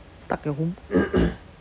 stuck at home